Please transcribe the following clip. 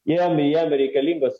jiem jiem reikalingos